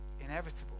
inevitable